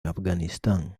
afganistán